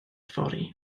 fory